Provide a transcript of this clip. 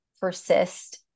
persist